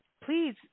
please